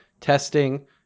testing